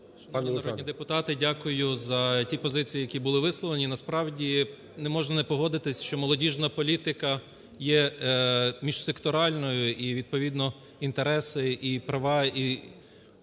дякую за ті позиції, які були висловлені. Насправді не можна не погодитися, що молодіжна політика є міжсекторальною, і відповідно інтереси, і права,